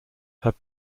have